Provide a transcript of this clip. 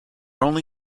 only